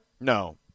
No